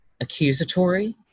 Accusatory